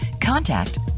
contact